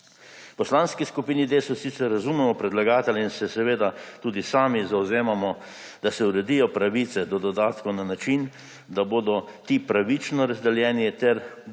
Poslanski skupini Desus sicer razumemo predlagatelja in se seveda tudi sami zavzemamo, da se uredijo pravice do dodatkov na način, da bodo ti pravični razdeljeni ter da se